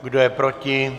Kdo je proti?